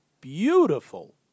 beautiful